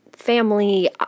family